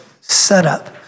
setup